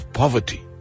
poverty